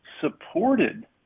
supported